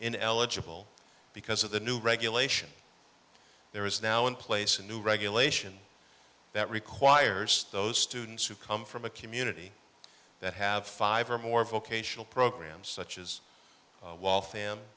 ineligible because of the new regulation there is now in place in new regulation that requires those students who come from a community that have five or more vocational programs such as walth